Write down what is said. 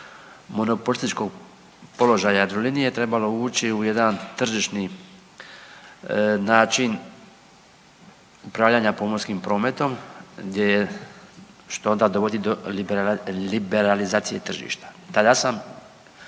monopolističkog položaja Jadrolinije trebalo uvući u jedan tržišni način upravljanja pomorskim prometom gdje je, što onda dovodi do liberalizacije tržišta. Tada sam,